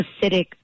acidic